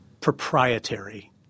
proprietary